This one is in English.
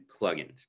plugins